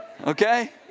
Okay